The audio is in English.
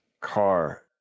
car